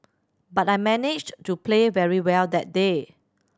but I managed to play very well that day